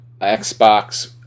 Xbox